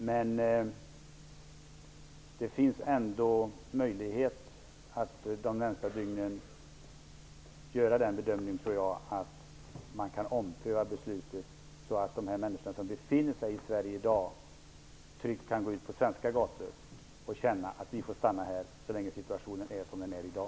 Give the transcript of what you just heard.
Men det finns ändå möjlighet att de närmaste dygnen göra den bedömningen att man bör ompröva beslutet så att de människor som befinner sig i Sverige i dag tryggt kan gå ut på svenska gator och känna att de får stanna här så länge situationen är som den är i dag.